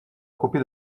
copie